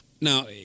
now